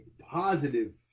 positive